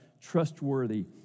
trustworthy